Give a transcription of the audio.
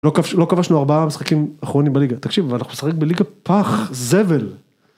לא כבשנו ארבעה משחקים אחרונים בליגה, תקשיב, אבל אנחנו משחקים בליגה פח, זבל.